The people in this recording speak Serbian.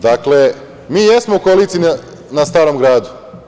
Dakle, mi jesmo u koaliciji na Starom gradu.